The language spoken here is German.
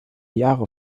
jahre